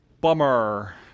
Bummer